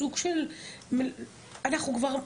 סוג של- אנחנו כבר,